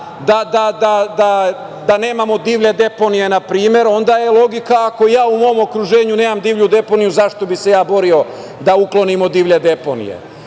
da nemamo divlje deponije, na primer, onda je logika - ako ja u mom okruženju nemam divlju deponiju zašto bi se borio da uklonimo divlje deponije